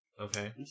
Okay